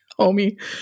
Homie